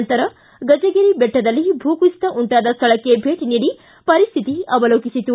ನಂತರ ಗಜಗಿರಿ ಬೆಟ್ಟದಲ್ಲಿ ಭೂಕುಸಿತ ಉಂಟಾದ ಸ್ಥಳಕ್ಕೆ ಭೇಟ ನೀಡಿ ಪರಿಸ್ಥಿತಿ ಅವಲೋಕಿಸಿತು